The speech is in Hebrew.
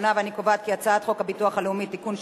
את הצעת חוק הביטוח הלאומי (תיקון,